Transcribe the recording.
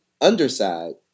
underside